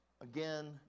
again